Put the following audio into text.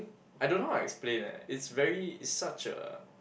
I don't know how to explain leh it's very it's such a